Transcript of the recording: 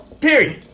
Period